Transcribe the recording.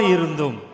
Irundum